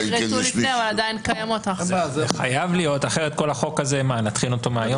זה חייב להיות, אחרת את כל החוק נתחיל מהיום?